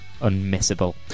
Unmissable